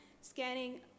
scanning